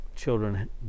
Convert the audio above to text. Children